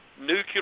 nuclear